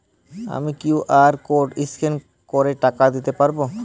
আমি QR code scan করে টাকা দিতে পারবো?